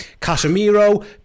Casemiro